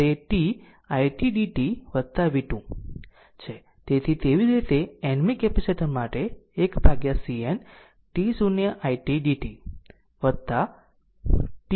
તેથી તેવી જ રીતે n મી કેપેસિટર માટે 1CN t0 t it dt t n t0